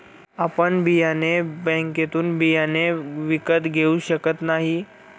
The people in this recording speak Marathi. आपण बियाणे बँकेतून बियाणे विकत घेऊ शकत नाही